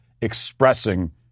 expressing